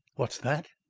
what's that?